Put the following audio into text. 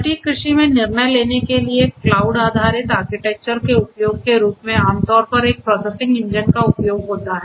सटीक कृषि में निर्णय लेने के लिए क्लाउड आधारित आर्किटेक्चर के उपयोग के रूप में आमतौर पर एक प्रोसेसिंग इंजन का उपयोग होता है